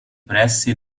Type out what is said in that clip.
pressi